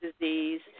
disease